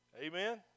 Amen